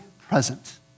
present